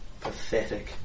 pathetic